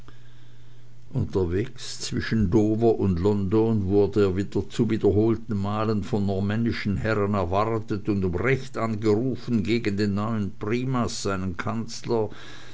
unterwegs zwischen dover und london wurde er zu wiederholten malen von normännischen herren erwartet und um recht angerufen gegen den neuen primas seinen